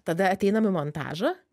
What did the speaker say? tada ateinam į montažą